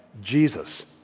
Jesus